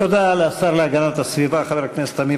תודה לשר להגנת הסביבה חבר הכנסת עמיר